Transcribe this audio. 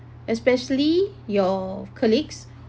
especially your colleagues